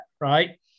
right